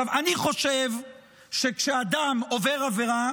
אני חושב שכשאדם עובר עבירה,